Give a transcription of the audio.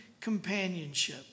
companionship